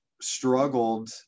struggled